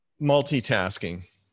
multitasking